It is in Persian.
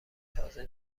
تازه